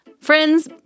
friends